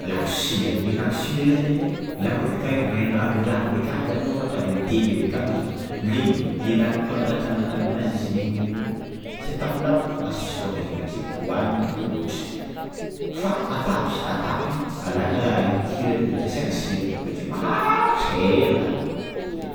lako sira, io lako sira io zany lako avy akagny avy an- avy an-drano avy akagny zany ôhatra avy am'dengy avy akagny izy io legny, i lako io kôa nandraha atanà an-tragnonà izy legny magnan'io tsy atapinao, masiso bôka izy io avy akeo hohanin'ny holitry fa atapy atapy alagna i kirany i bakeo asiana sira bakeo maharitry ela, zay.